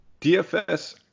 DFS